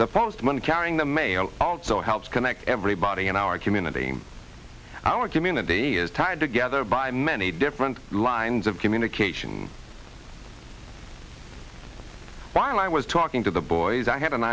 the postman carrying the mail also helps connect everybody in our community our community is tied together by many different lines of communication while i was talking to the boys i had an